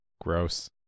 gross